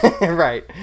Right